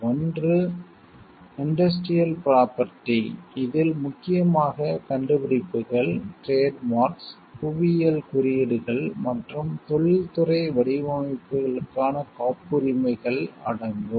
ஒன்று industrial property இதில் முக்கியமாக கண்டுபிடிப்புகள் டிரேட் மார்க்ஸ் புவியியல் குறியீடுகள் மற்றும் தொழில்துறை வடிவமைப்புகளுக்கான காப்புரிமைகள் அடங்கும்